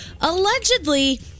Allegedly